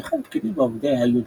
וכן פקידים ועובדי היודנראט,